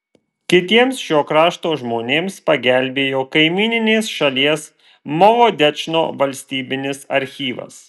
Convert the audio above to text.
kitiems šio krašto žmonėms pagelbėjo kaimyninės šalies molodečno valstybinis archyvas